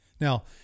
Now